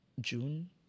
June